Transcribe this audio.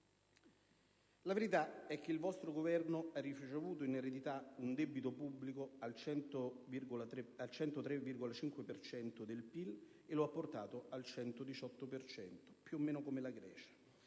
La verità è che il vostro Governo ha ricevuto in eredità un debito pubblico al 103,5 per cento del PIL e lo ha portato al 118 per cento, più o meno come la Grecia.